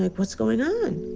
what's going on?